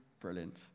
Brilliant